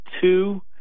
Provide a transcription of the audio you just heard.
two